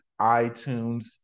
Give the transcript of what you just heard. iTunes